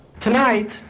Tonight